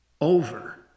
over